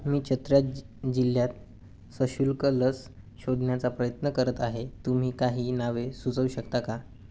मी छत्रज जिल्ह्यात सशुल्क लस शोधण्याचा प्रयत्न करत आहे तुम्ही काही नावे सुचवू शकता का